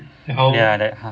ya that